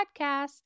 podcast